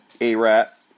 A-Rat